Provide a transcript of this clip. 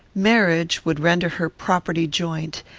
marriage would render her property joint,